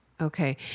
Okay